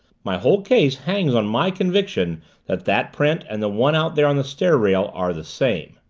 my whole case hangs on my conviction that that print and the one out there on the stair rail are the same.